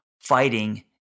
fighting